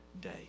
day